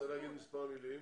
אתה רוצה לומר מספר מלים?